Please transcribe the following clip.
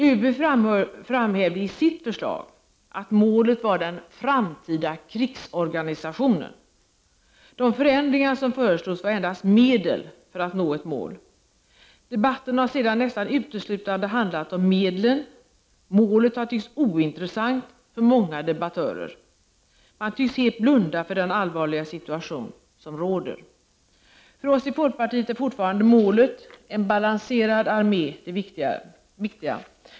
ÖB framhävde i sitt förslag att målet var den framtida krigsorganisationen. De förändringar som föreslogs var endast medel för att nå ett mål. Debatten har sedan nästan uteslutande handlat om medlen. Målet har tyckts ointressant för många debattörer. De tycks helt blunda för den allvarliga situation som råder. För oss i folkpartiet är målet en balanserad armé fortfarande det viktiga.